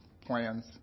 plans